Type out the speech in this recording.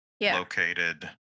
located